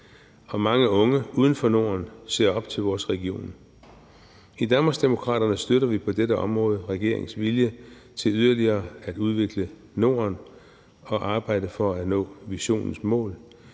og mange unge uden for Norden ser op til vores region. I Danmarksdemokraterne støtter vi på dette område regeringens vilje til yderligere at udvikle Norden og arbejde for at nå missionens mål.